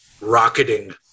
rocketing